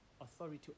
authority